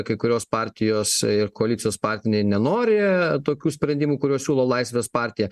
kai kurios partijos ir koalicijos partneriai nenori tokių sprendimų kuriuos siūlo laisvės partiją